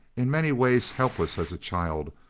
in many ways helpless as a child,